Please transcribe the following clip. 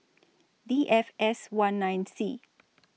D F S one nine C